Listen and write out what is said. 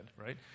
right